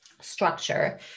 structure